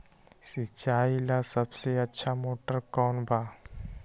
सिंचाई ला सबसे अच्छा मोटर कौन बा?